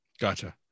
Gotcha